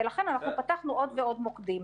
ולכן אנחנו פתחנו עוד ועוד מוקדים.